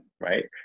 Right